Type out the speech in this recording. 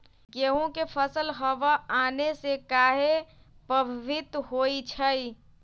गेंहू के फसल हव आने से काहे पभवित होई छई?